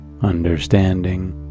understanding